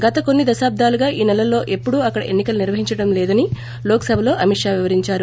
గత కొన్ని దశాబ్దాలుగా ఈ సెలల్లో ఎప్పుడూ అక్కడ ఎన్ని కలు నిర్వహించలేదని లోక్సభలో అమిత్ షా వివరించారు